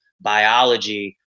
biology